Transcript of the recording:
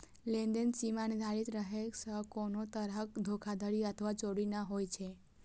लेनदेन सीमा निर्धारित रहै सं कोनो तरहक धोखाधड़ी अथवा चोरी नै होइ छै